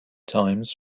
times